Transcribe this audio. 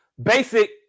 basic